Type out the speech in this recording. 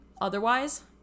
Otherwise